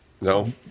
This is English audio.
no